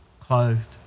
clothed